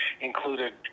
included